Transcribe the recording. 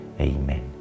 Amen